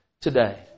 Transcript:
today